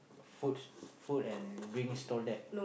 foods food and drink stall there